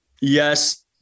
Yes